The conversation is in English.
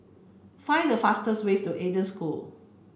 find the fastest way to Eden School